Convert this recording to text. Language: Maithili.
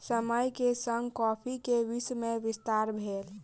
समय के संग कॉफ़ी के विश्व में विस्तार भेल